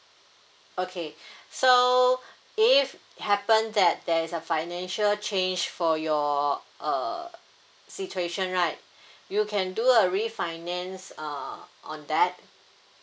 okay so if happen that there is a financial change for your uh situation right you can do a refinance uh on that